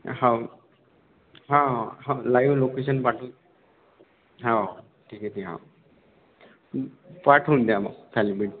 हो हा हा हा लाइव लोकेशन पाठवू हो ठीक आहे फिर हा पाठवून द्या मग थालीपीठ